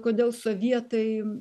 kodėl sovietai